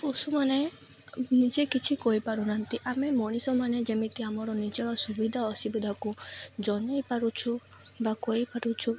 ପଶୁମାନେ ନିଜେ କିଛି କହିପାରୁନାହାନ୍ତି ଆମେ ମଣିଷମାନେ ଯେମିତି ଆମର ନିଜର ସୁବିଧା ଅସୁବିଧାକୁ ଜନେଇ ପାରୁଛୁ ବା କହିପାରୁଛୁ